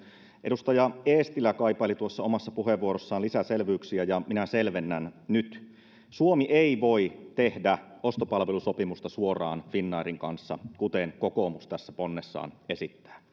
edustaja eestilä kaipaili tuossa omassa puheenvuorossaan lisäselvyyksiä ja minä selvennän nyt suomi ei voi tehdä ostopalvelusopimusta suoraan finnairin kanssa kuten kokoomus tässä ponnessaan esittää